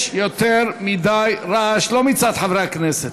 יש יותר מדי רעש, לא מצד חברי הכנסת,